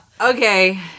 Okay